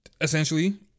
Essentially